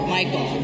Michael